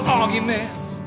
arguments